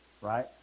right